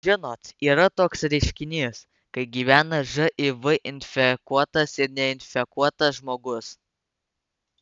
žinot yra toks reiškinys kai gyvena živ infekuotas ir neinfekuotas žmogus